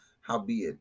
Howbeit